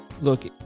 Look